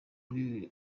uyu